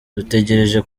dutegereje